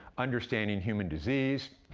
understanding human disease,